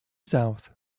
south